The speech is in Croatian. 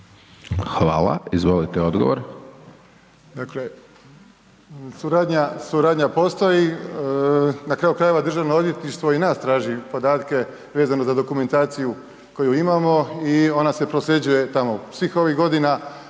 (HDZ)** Izvolite odgovor.